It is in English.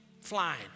flying